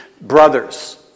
brothers